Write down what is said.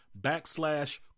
backslash